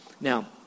Now